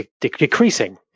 decreasing